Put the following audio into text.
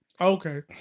Okay